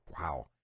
Wow